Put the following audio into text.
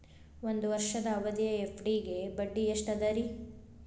ಒಂದ್ ವರ್ಷದ ಅವಧಿಯ ಎಫ್.ಡಿ ಗೆ ಬಡ್ಡಿ ಎಷ್ಟ ಅದ ರೇ?